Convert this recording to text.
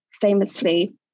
famously